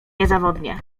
niezawodnie